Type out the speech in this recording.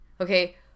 Okay